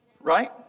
Right